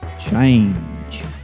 change